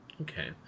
okay